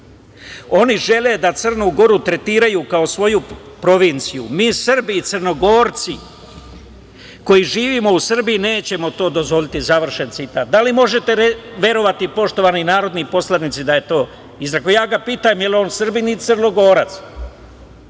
Oni žele da Crnu Goru tretiraju kao svoju provinciju. Mi Srbi i Crnogorci koji živimo u Srbiji nećemo to dozvoliti".Da li možete verovati, poštovani narodni poslanici, da je to izrekao? Ja ga pitam – je li on Srbin ili Crnogorac?